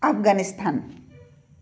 Afghanistan